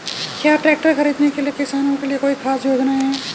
क्या ट्रैक्टर खरीदने के लिए किसानों के लिए कोई ख़ास योजनाएं हैं?